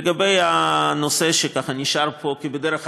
לגבי הנושא שנשאל פה כבדרך אגב,